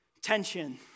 tension